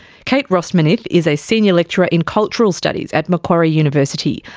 kate rossmanith is a senior lecturer in cultural studies at macquarie university,